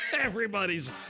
Everybody's